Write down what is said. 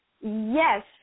Yes